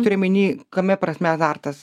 turiu omeny kame prasme azartas